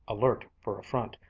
alert for affront,